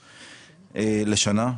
לשנה.